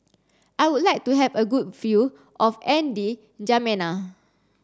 I would like to have a good view of N D jamena